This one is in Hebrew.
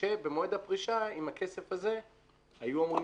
שבמועד הפרישה עם הכסף הזה היו אמורים